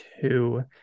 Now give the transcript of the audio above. two